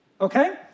Okay